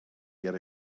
get